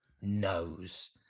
knows